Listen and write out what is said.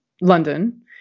London